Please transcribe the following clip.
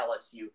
LSU